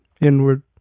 inward